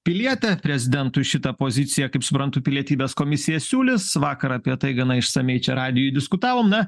piliete prezidentui šitą poziciją kaip suprantu pilietybės komisija siūlys vakar apie tai gana išsamiai čia radijuj diskutavom na